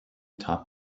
topped